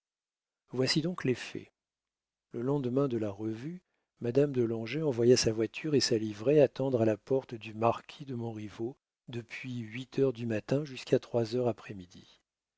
voici donc les faits le lendemain de la revue madame de langeais envoya sa voiture et sa livrée attendre à la porte du marquis de montriveau depuis huit heures du matin jusqu'à trois heures